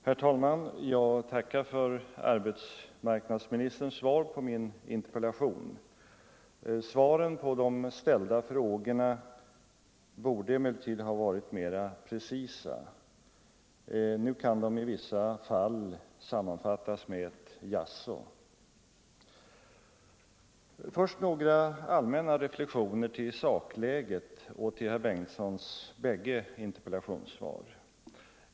Herr talman! Jag tackar för arbetsmarknadsministerns svar på min interpellation. Svaren på de ställda frågorna borde emellertid ha varit mer precisa. Nu kan de i vissa fall sammanfattas med ett jaså. Först några allmänna reflektioner om sakläget och herr Bengtssons bägge interpellationssvar.